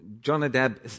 Jonadab